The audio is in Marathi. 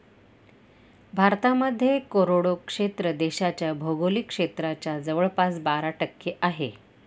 भारतामध्ये कोरडे क्षेत्र देशाच्या भौगोलिक क्षेत्राच्या जवळपास बारा टक्के आहे